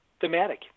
thematic